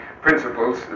principles